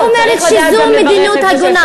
את אומרת שזו מדיניות הגונה.